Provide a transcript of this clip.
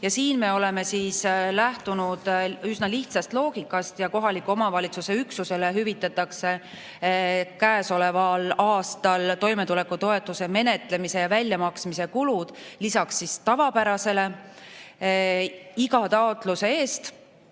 Ja siin me oleme lähtunud üsna lihtsast loogikast. Kohaliku omavalitsuse üksusele hüvitatakse käesoleval aastal toimetulekutoetuste menetlemise ja väljamaksmise kulud lisaks tavapärasele iga taotluse eest,